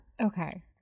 Okay